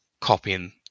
copying